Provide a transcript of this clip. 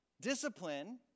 Discipline